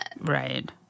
Right